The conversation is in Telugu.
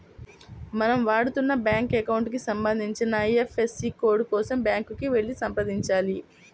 మనం వాడుతున్న బ్యాంకు అకౌంట్ కి సంబంధించిన ఐ.ఎఫ్.ఎస్.సి కోడ్ కోసం బ్యాంకుకి వెళ్లి సంప్రదించాలి